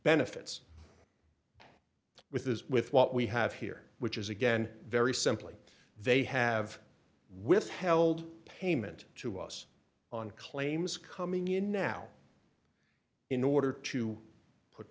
benefits with those with what we have here which is again very simply they have withheld payment to us on claims coming in now in order to put